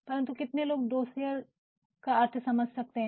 परंतु कितने लोग डोसियर अर्थ समझ सकते हैं